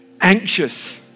Anxious